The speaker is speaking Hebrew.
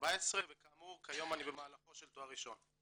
ב-2014 וכאמור כיום אני במהלכו של תואר ראשון.